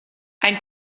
ein